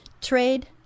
trade